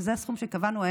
שזה הסכום שקבענו,